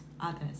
others